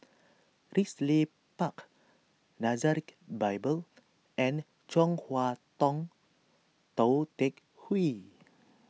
Ridley Park Nazareth Bible and Chong Hua Tong Tou Teck Hwee